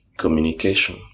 Communication